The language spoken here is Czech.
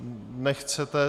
Nechcete.